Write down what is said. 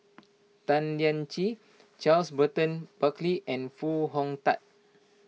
Tan Lian Chye Charles Burton Buckley and Foo Hong Tatt